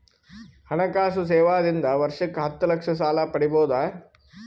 ಹಣಕಾಸು ಸೇವಾ ದಿಂದ ವರ್ಷಕ್ಕ ಹತ್ತ ಲಕ್ಷ ಸಾಲ ಪಡಿಬೋದ?